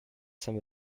some